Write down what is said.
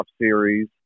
series